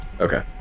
Okay